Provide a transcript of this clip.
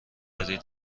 داری